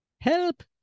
help